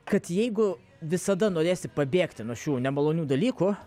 kad jeigu visada norėsi pabėgti nuo šių nemalonių dalykų